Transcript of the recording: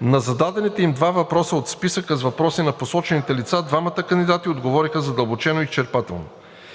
На зададените им два въпроса от списъка с въпроси на посочените лица двамата кандидати отговориха задълбочено и изчерпателно.